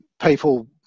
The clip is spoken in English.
people